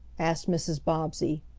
asked mrs. bobbsey.